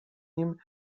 nim